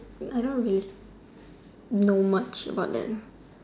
I don't really know much about them